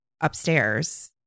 upstairs